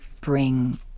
bring